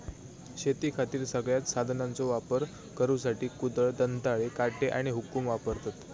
शेतीखातीर सगळ्यांत साधनांचो वापर करुसाठी कुदळ, दंताळे, काटे आणि हुकुम वापरतत